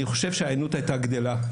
אני חושב שההיענות הייתה גדולה.